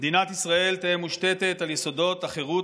"מדינת ישראל תהא מושתתת על יסודות החירות,